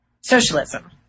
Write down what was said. socialism